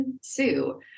Sue